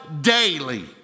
daily